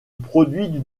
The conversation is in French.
produit